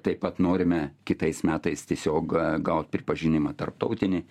taip pat norime kitais metais tiesiog gaut pripažinimą tarptautinį